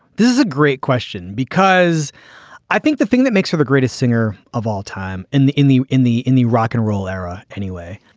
this is a great question because i think the thing that makes her the greatest singer of all time in the in the in the in the rock and roll era, anyway,